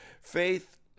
Faith